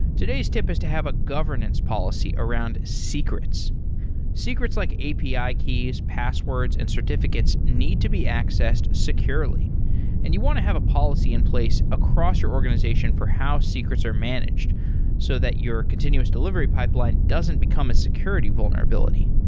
today's tip is to have a governance policy around secrets secrets like api keys, passwords and certificates need to be accessed securely and you want to have a policy in place across your organization for how secrets are managed so that your continuous delivery pipeline doesn't become a security vulnerability.